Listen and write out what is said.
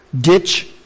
Ditch